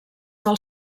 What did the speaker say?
del